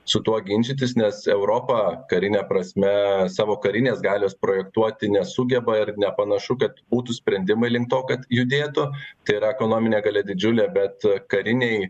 su tuo ginčytis nes europa karine prasme savo karinės galios projektuoti nesugeba ir nepanašu kad būtų sprendimai link to kad judėtų tai yra ekonominė galia didžiulė bet kariniai